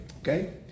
okay